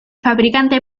fabricante